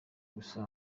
gusa